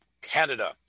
Canada